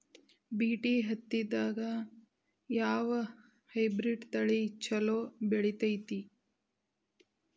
BT ಹತ್ತಿದಾಗ ಯಾವ hybrid ತಳಿ ಛಲೋ ಬೆಳಿತೈತಿ?